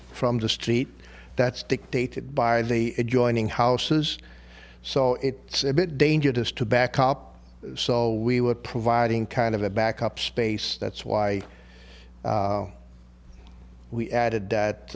from the street that's dictated by the adjoining houses so it's a bit dangerous to back up so we were providing kind of a backup space that's why we added that